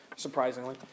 Surprisingly